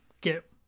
get